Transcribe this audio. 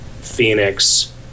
Phoenix